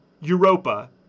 Europa